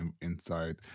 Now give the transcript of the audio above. inside